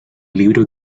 libro